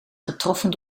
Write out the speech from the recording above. getroffen